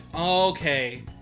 okay